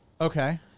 Okay